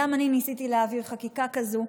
גם אני ניסיתי להעביר חקיקה כזו,